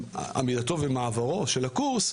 לעמידתו בתבחינים שנקבעו בחוק.